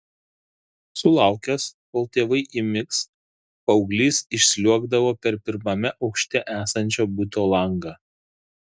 sulaukęs kol tėvai įmigs paauglys išsliuogdavo per pirmame aukšte esančio buto langą